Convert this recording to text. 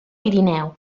pirineu